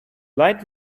light